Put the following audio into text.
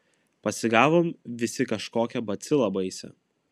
pasigavom visi kažkokią bacilą baisią